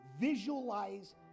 visualize